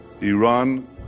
Iran